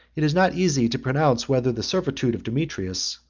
it is not easy to pronounce whether the servitude of demetrius,